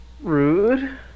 Rude